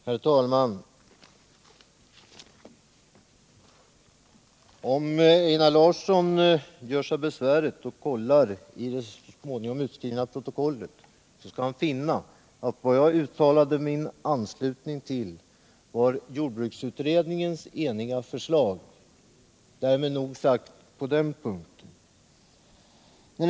Herr talman! Om Einar Larsson gör sig besväret att kolla i det så småningom utskrivna protokollet skall han där finna att vad jag uttalade min anslutning till var jordbruksutredningens enhälliga förslag. Därmed nog sagt på den punkten.